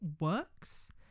works